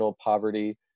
poverty